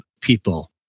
people